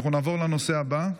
אנחנו נעבור לנושא הבא.